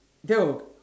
that will